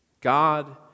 God